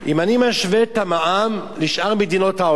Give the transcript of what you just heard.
אם אני משווה את המע"מ לשאר מדינות העולם,